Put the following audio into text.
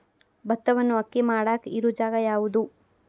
ಭತ್ತವನ್ನು ಅಕ್ಕಿ ಮಾಡಾಕ ಇರು ಜಾಗ ಯಾವುದು?